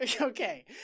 Okay